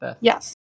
Yes